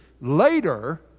later